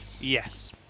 Yes